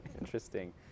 interesting